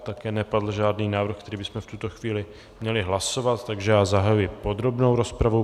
Také nepadl žádný návrh, který bychom v tuto chvíli měli hlasovat, takže já zahajuji podrobnou rozpravu.